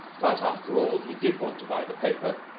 but, after all, he did want to buy the paper,